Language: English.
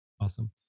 Awesome